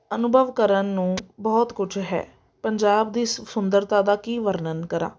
ਅਨੁਭਵ ਕਰਨ ਨੂੰ ਬਹੁਤ ਕੁਛ ਹੈ ਪੰਜਾਬ ਦੀ ਸੁ ਸੁੰਦਰਤਾ ਦਾ ਕੀ ਵਰਣਨ ਕਰਾਂ